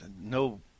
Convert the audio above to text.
No